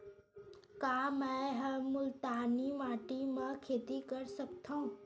का मै ह मुल्तानी माटी म खेती कर सकथव?